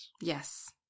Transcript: Yes